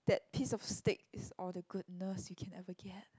that piece of steak is all the goodness you can ever get